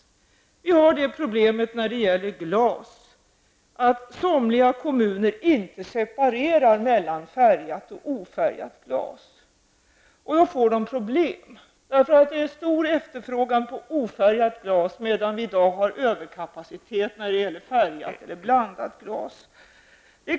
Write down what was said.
Vi har när det gäller glas ett problem som kommer sig av att somliga kommuner inte separerar mellan färgat och ofärgat glas. De får då problem. Det är nämligen stor efterfrågan på ofärgat glas, medan vi i dag har överkapacitet när det gäller färgat eller blandat glas.